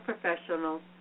professionals